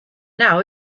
now